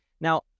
Now